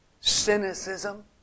cynicism